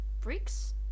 bricks